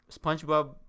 Spongebob